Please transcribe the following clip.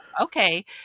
okay